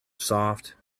soft